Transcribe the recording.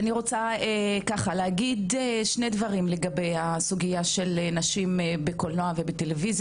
אני רוצה להגיד שני דברים לגבי הסוגייה של נשים בקולנוע ובטלויזיה,